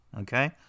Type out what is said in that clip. Okay